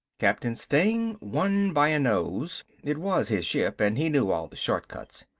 captain steng won by a nose, it was his ship and he knew all the shortcuts.